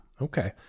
Okay